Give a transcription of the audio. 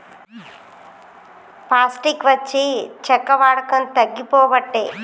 plastic వచ్చి చెక్క వాడకం తగ్గిపోబట్టే